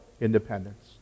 independence